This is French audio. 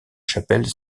chapelle